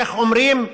איך אומרים,